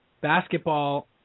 basketball